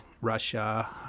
russia